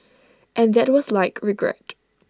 and that was like regret